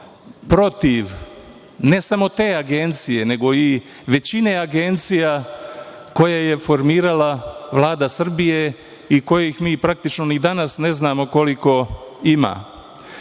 protiv ne samo te agencije, nego i većine agencija koje je formirala Vlada Srbije i kojih mi, praktično, ni danas ne znamo koliko ima.